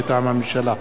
מטעם הממשלה: